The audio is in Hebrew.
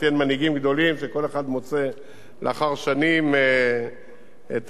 שכל אחד מוצא לאחר שנים את הפינה שלו.